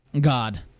God